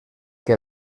que